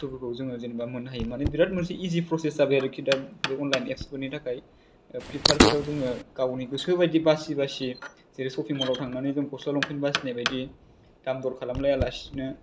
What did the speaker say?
बुस्थुफोरखौ जोङो जेनबा मोननो हायो माने बिराथ मोनसे इजि प्रसेस जाबाय अराखि दा बे अनलायन एब्स फोरनि थाखाय फ्लिफकार्द फोराव जोङो गावनि गोसो बादि बासि बासि जेरै सफिं मलाव थांनानै जों गस्ला लंपेन्ट बासिनाय बायदि दाम दर खालामलाया लासिनो